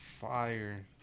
fire